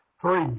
Three